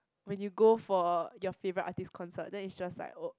when you go for your favourite artist concert then it's just like oh